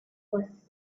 was